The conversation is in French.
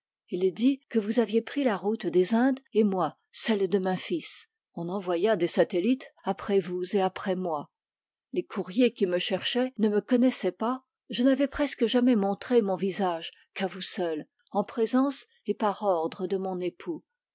il dit que vous aviez pris la route des indes et moi celle de memphis on envoya des satellites après vous et après moi les courriers qui me cherchaient ne me connaissaient pas je n'avais presque jamais montré mon visage qu'à vous seul en présence et par ordre de mon époux